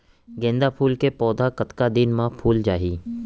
गेंदा फूल के पौधा कतका दिन मा फुल जाही?